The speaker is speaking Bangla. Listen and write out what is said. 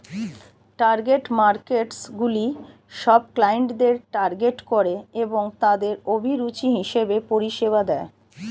টার্গেট মার্কেটসগুলি সব ক্লায়েন্টদের টার্গেট করে এবং তাদের অভিরুচি হিসেবে পরিষেবা দেয়